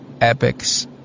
epics